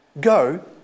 Go